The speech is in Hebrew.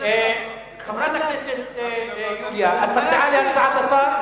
חברת הכנסת יוליה, את מסכימה להצעת השר?